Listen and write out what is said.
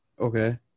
Okay